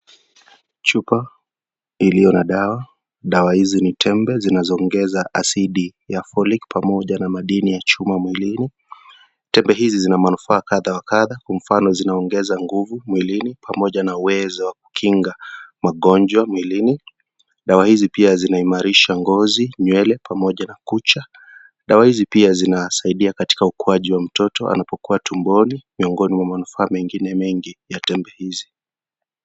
Chupa iliyo na dawa, dawa hizi ni tembe zinazoongeza asidi ya Folic pamoja na madini ya chuma mwilini. Tembe hizi zina manufaa kadha wa kadha, kwa mfano zinaongeza nguvu mwilini pamoja na uwezo wa kukinga magonjwa mwilini. Dawa hizi pia zinaimarisha ngozi, nywele pamoja na kucha. Dawa hizi pia zinasaidia katika ukuaji wa mtoto anapokua tumboni miongoni mwa manufaa mengine ya tembe hizi.